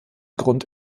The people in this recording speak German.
grund